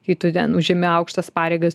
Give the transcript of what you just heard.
kai tu ten užimi aukštas pareigas